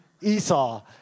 Esau